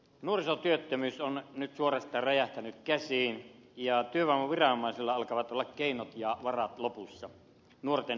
nuorisotyöttömyys on nyt suorastaan räjähtänyt käsiin ja työvoimaviranomaisilla alkavat olla keinot ja varat lopussa nuorten työllistämiseksi